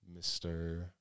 Mr